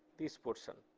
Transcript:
this portion